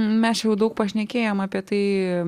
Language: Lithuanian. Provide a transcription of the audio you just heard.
mes jau daug pašnekėjom apie tai